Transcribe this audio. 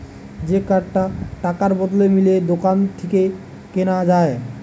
যে কার্ডটা টাকার বদলে দিলে দোকান থেকে কিনা যায়